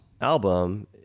album